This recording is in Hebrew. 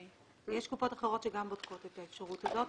ויש קופות אחרות שגם בודקות את האפשרות הזאת.